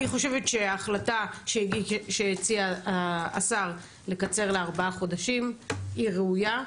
אני חושבת שההצעה שהציע השר לקצר לארבעה חודשים היא ראויה,